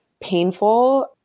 painful